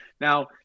now